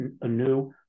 anew